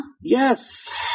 Yes